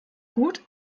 gut